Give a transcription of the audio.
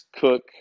Cook